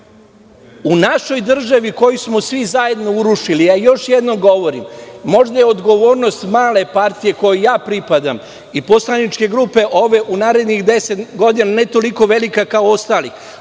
u našoj državi koju smo svi zajedno urušili? Još jednom govorim, možda je odgovornost male partije kojoj ja pripadam i poslaničke grupe ove u narednih 10 godina ne toliko velika kao ostalih,